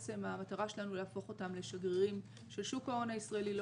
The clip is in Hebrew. שהמטרה שלנו להפוך אותם לשגרירים של שוק ההון הישראלי לא